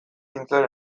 nintzen